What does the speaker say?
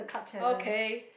okay